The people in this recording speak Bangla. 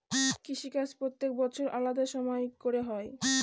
কৃষিকাজ প্রত্যেক বছর আলাদা সময় করে হয়